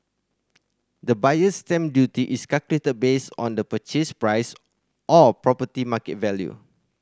the Buyer's Stamp Duty is calculated based on the purchase price or property market value